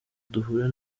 duhure